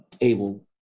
able